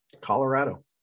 Colorado